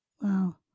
Wow